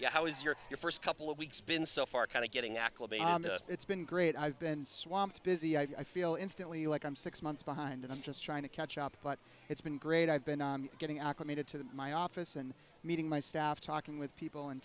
your your first couple of weeks been so far kind of getting acclimated it's been great i've been swamped busy i feel instantly like i'm six months behind and i'm just trying to catch up but it's been great i've been getting acclimated to my office and meeting my staff talking with people in